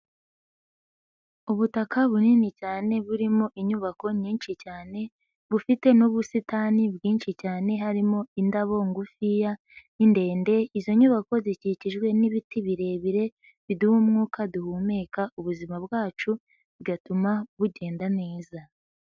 Ubutaka bunini cyane burimo inyubako nyinshi cyane bufite n'ubusitani bwinshi cyane harimo indabo ngufiya ni ndende izo nyubako zikikijwe n'ibiti birebire biduha umwuka duhumeka ubuzima bwacu bigatuma bugenda neza.